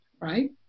right